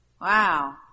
Wow